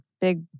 Big